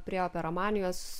prie operamanijos